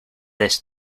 this